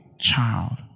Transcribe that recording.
child